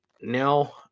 now